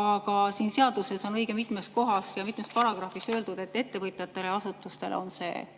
Aga siin seaduses on õige mitmes kohas ja mitmes paragrahvis öeldud, et ettevõtetele ja asutustele on see kohustus.